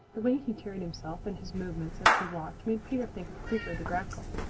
the way he carried himself and his movements as he walked made peter think of creaker the grackle.